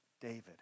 David